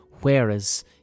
Whereas